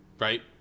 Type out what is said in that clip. right